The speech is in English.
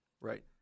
right